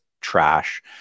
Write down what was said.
trash